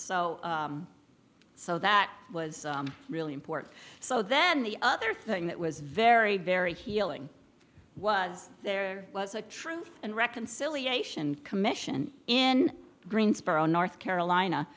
so so that was really important so then the other thing that was very very healing was there was a truth and reconciliation commission in greensboro north carolina